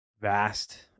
vast